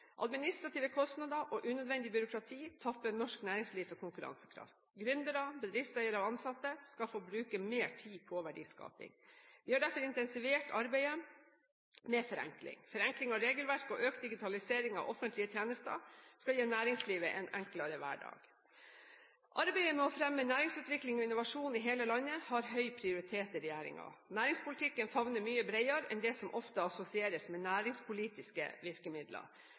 Administrative kostnader og unødvendig byråkrati tapper norsk næringsliv for konkurransekraft. Gründere, bedriftseiere og ansatte skal få bruke mer tid på verdiskaping. Vi har derfor intensivert arbeidet med forenkling. Forenkling av regelverk og økt digitalisering av offentlige tjenester skal gi næringslivet en enklere hverdag. Arbeidet med å fremme næringsutvikling og innovasjon i hele landet har høy prioritet i regjeringen. Næringspolitikken favner mye bredere enn det som ofte assosieres med næringspolitiske virkemidler.